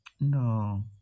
No